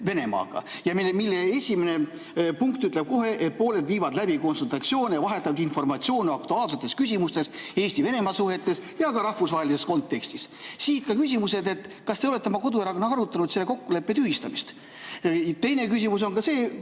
Venemaaga, mille esimene punkt ütleb, et pooled viivad läbi konsultatsioone ja vahetavad informatsiooni aktuaalsetes küsimustes Eesti-Venemaa suhetes ja ka rahvusvahelises kontekstis. Siit ka küsimused. Kas te olete oma koduerakonnaga arutanud selle kokkuleppe tühistamist? Teine küsimus on see,